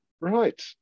Right